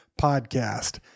Podcast